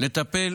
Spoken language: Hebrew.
לטפל